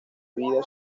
vida